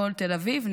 הפועל תל אביב,